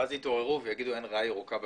ואז יתעוררו ויגידו, אין ריאה ירוקה בשכונה.